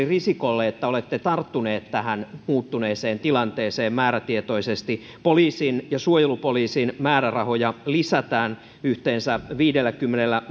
risikolle että olette tarttunut tähän muuttuneeseen tilanteeseen määrätietoisesti poliisin ja suojelupoliisin määrärahoja lisätään yhteensä viidelläkymmenellä